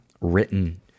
written